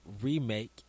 remake